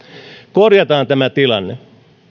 korjataan tämä tilanne